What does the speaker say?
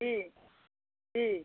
जी जी